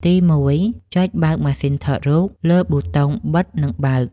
ទី1 ចុចបើកម៉ាស៊ីនថតរូប លើប៊ូតុងបិទនិងបើក។